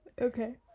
Okay